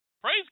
Praise